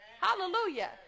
Hallelujah